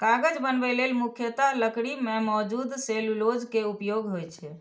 कागज बनबै लेल मुख्यतः लकड़ी मे मौजूद सेलुलोज के उपयोग होइ छै